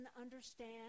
understand